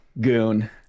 Goon